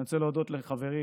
אני רוצה להודות לחברי